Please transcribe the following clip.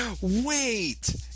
Wait